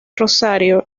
rosario